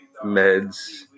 meds